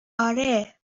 آره